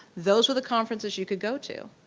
those were the conferences you could go to.